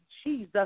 Jesus